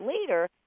later